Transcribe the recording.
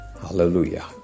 Hallelujah